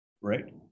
right